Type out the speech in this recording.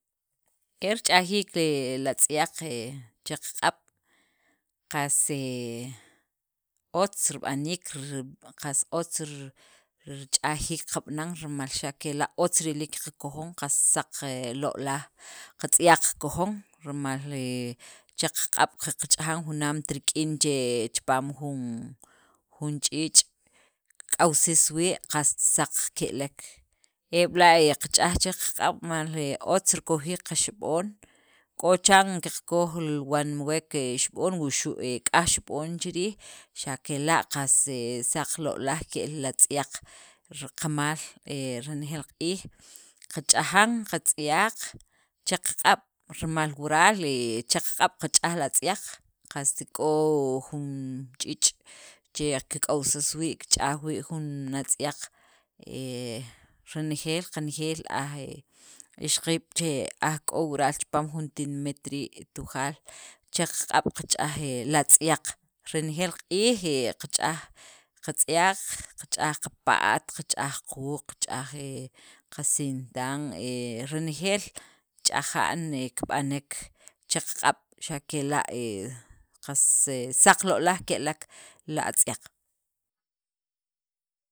He rich'ajiik li atz'yaq he che q'ab', qas he otz rib'aniik, r qas otz rich'ajiik qab'anan rimal xa' kela' otz riliik qakojon qas he saqlo'laaj, qatz'yaq qakojon rimal he che qaq'ab' qach'ajan junaamt rik'in chipaam junjun ch'iich' kiq'awsis wii' qast saq ke'lek, e b'la he qach'aj che qaq'ab' mal otz rikojiik qaxib'on k'o chan qakoj wanwek he xib'on wuxu' k'aj xib'on chiriij xa' kela' qas he saqlo'laaj ke'l li atz'yaq ri qamal, he renejeel q'iij qach'ajan qatz'yaq cha qaq'ab' rimal wural he cha qaq'ab' qach'aj li atz'yaq, qast k'o jun ch'iich' che kik'awsis wii' kich'aj wii' jun atz'yaq he renejeel, qanejeel aj he ixaqiib' che aj k'o chipaam wural pil Tinimet rii' Tujaal che qaq'ab' qach'aj wii qatz'yaq, renejeel q'iij qach'aj qatz'yaq qach'aj qapa't, qach'aj quuq, qach'aj he qasintan he renejeel ch'aja'n kib'anek che qaq'ab' xa' kela' qas saqlo'laaj ke'lek li atz'yaq.